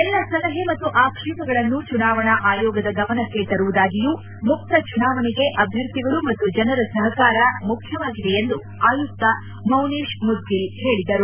ಎಲ್ಲ ಸಲಹೆ ಮತ್ತು ಆಕ್ಷೇಪಗಳನ್ನು ಚುನಾವಣಾ ಆಯೋಗದ ಗಮನಕ್ಕೆ ತರುವುದಾಗಿಯೂ ಮುಕ್ತ ಚುನಾವಣೆಗೆ ಅಭ್ವರ್ಥಿಗಳು ಮತ್ತು ಜನರ ಸಹಕಾರ ಮುಖ್ಯವಾಗಿದೆ ಎಂದು ಆಯುಕ್ತ ಮೌನಿಷ್ ಮುದ್ಗಿಲ್ ಹೇಳಿದರು